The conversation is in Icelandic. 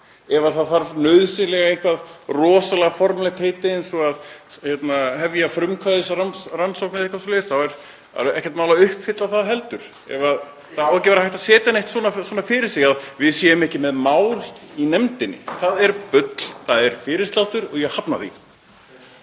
Ef það þarf nauðsynlega eitthvert rosalega formlegt heiti eins og að hefja frumkvæðisrannsókn eða eitthvað svoleiðis þá er ekkert mál að uppfylla það heldur. Það á ekki að vera hægt að setja neitt svona fyrir sig, að við séum ekki með mál í nefndinni. Það er bull. Það er fyrirsláttur og ég hafna því.